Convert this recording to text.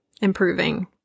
improving